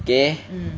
okay